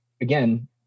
again